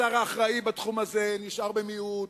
השר האחראי בתחום זה נשאר במיעוט,